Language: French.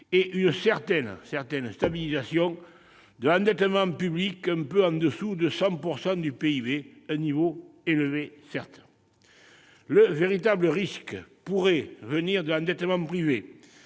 et une certaine stabilisation de l'endettement public un peu au-dessous de 100 % du PIB, un niveau certes élevé. Le véritable risque pourrait venir de l'endettement privé.